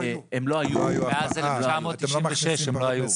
מאז 1996 הם לא היו.